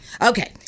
Okay